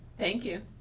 thank you.